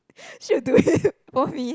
she will do it for me